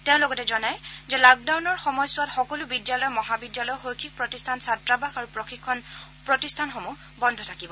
তেওঁ লগতে জনায় যে লকডাউনৰ সময়ছোৱাত সকলো বিদ্যালয় মহাবিদ্যালয় শৈক্ষিক প্ৰতিষ্ঠান ছাত্ৰাবাস আৰু প্ৰশিক্ষণ প্ৰতিষ্ঠানসমূহ বন্ধ থাকিব